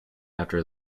after